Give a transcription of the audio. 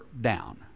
down